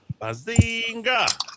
Bazinga